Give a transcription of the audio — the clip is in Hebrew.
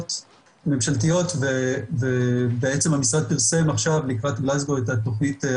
תוכניות ממשלתיות ובעצם המשרד פרסם עכשיו לקראת גלזגו את התוכנית,